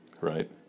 right